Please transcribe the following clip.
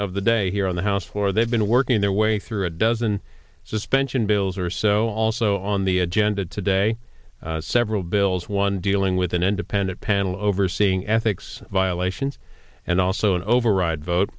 of the day here on the house floor they've been working their way through a dozen suspension bills or so also on the agenda today several bills one dealing with an independent panel overseeing ethics violations and also an override vote